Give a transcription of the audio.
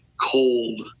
cold